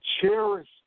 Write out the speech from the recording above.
cherish